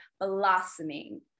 blossoming